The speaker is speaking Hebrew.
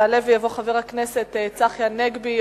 יעלה ויבוא חבר הכנסת צחי הנגבי,